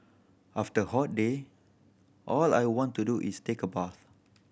after a hot day all I want to do is take a bath